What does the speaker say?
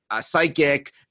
psychic